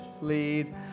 lead